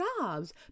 jobs